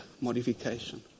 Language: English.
modification